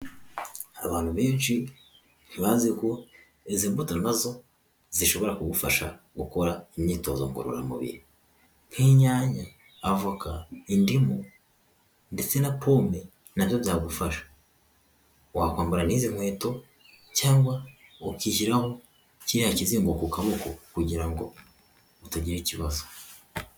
Abantu benshi ntibazi ko izi mbuto na zo zishobora kugufasha gukora imyitozo ngororamubiri, nk'inyanya, avoka, indimu ndetse na pome nabyo byagufasha, wakwambara n'izi nkweto cyangwa ukishyiraho kiriya kizingo ku kaboko kugira ngo utagira ikibazo.